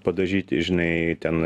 padažyti žinai ten